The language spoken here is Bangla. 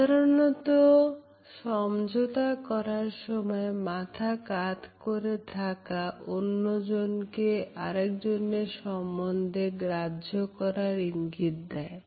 সাধারণত সমঝোতা করার সময় মাথা কাত করে থাকা অন্যজনকে আরেকজনের সম্বন্ধে গ্রাহ্য করার ইঙ্গিত দেয়